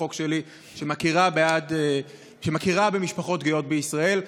החוק שלי שמכירה במשפחות גאות בישראל.